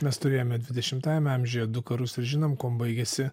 mes turėjome dvidešimtajame amžiuje du karus ir žinom kuom baigėsi